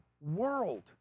world